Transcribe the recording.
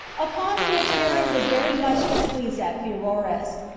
upon which herod was very much displeased at pheroras,